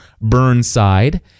Burnside